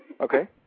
Okay